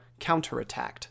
counterattacked